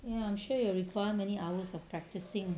ya I'm sure it will require many hours of practising